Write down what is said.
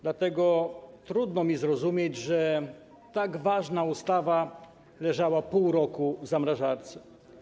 Dlatego trudno mi zrozumieć, że tak ważna ustawa leżała pół roku w zamrażarce.